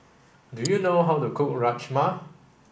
do you know how to cook Rajma